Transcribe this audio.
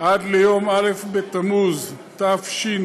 עד יום א' בתמוז התשפ"ב,